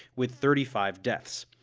with thirty five deaths.